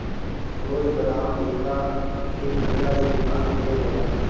रोज बदाम भीगा के खइला से दिमाग तेज होला